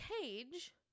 Cage